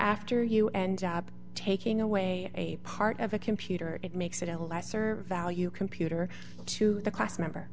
after you and taking away a part of a computer it makes it a lesser value computer to the class member